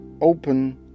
open